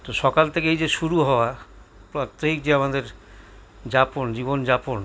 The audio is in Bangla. তো সকাল থেকে এই যে শুরু হওয়া প্রত্যেকদিন আমাদের যাপন জীবনযাপন